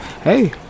Hey